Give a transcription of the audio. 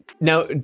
Now